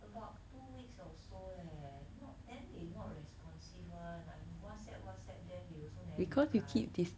about two weeks or so leh not then they not responsive one I Whatsapp Whatsapp them they also never reply